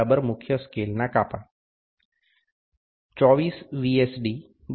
D મુખ્ય સ્કેલના કાપા 24 વી